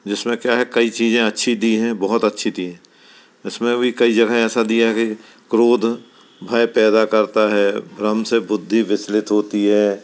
जिसमें क्या है कई चीज़ें अच्छी दी हैं बहुत अच्छी दी हैं इसमे भी कई जगह ऐसा दिया की क्रोध भय पैदा करता है भ्रम से बुद्धि विचलित होती है